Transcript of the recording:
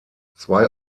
zwei